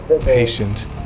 patient